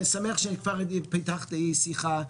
הקרן לשמירת הניקיון מזמן עברה מתחום הפסולת,